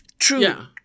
True